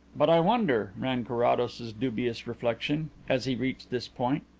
but i wonder? ran carrados's dubious reflection as he reached this point.